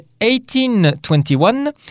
1821